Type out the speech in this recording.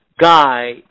guy